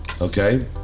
Okay